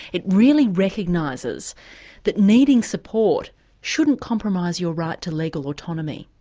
it really recognises that needing support shouldn't compromise your right to legal autonomy.